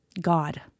God